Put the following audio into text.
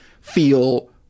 feel